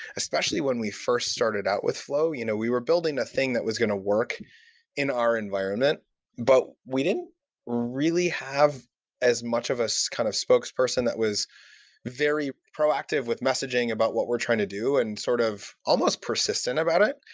especially when we first started out with flow. you know we were building a thing that was going to work in our environment but we didn't really have as much of a so kind of spokesperson that was very proactive with messaging about what we're trying to do and sort of almost persistent about it.